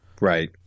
Right